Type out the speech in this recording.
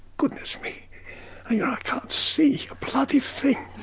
goodness me, i ah can't see a bloody thing!